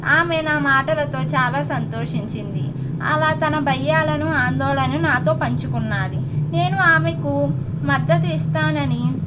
ఆమె నా మాటలతో చాలా సంతోషించింది అలా తన భయాలను ఆందోళనలను నాతో పంచుకుంది నేను ఆమెకు మద్దతు ఇస్తానని